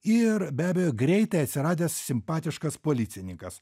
ir be abejo greitai atsiradęs simpatiškas policininkas